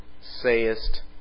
sayest